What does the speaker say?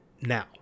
now